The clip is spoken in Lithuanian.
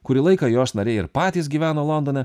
kurį laiką jos nariai ir patys gyveno londone